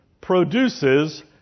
produces